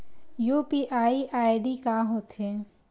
UPI ID का होथे?